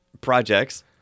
projects